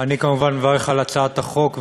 אני כמובן מברך על הצעת החוק,